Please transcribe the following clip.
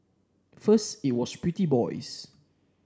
first it was pretty boys